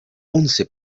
once